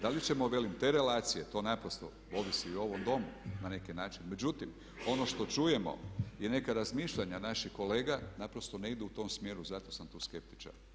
Da li ćemo velim te relacije, to naprosto ovisi i ovom domu na neki način, međutim ono što čujemo i neka razmišljanja naših kolega naprosto ne idu u tom smjeru zato sam tu skeptičan.